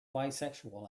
bisexual